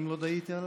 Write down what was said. גם לך, אדוני.